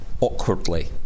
awkwardly